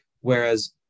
Whereas